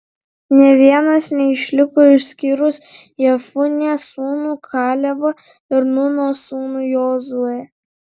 nė vienas neišliko išskyrus jefunės sūnų kalebą ir nūno sūnų jozuę